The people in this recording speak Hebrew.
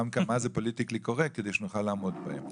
ונותן אפקטיביות להיבט המשקי שהם יכולים לצאת לעבודה.